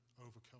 overcome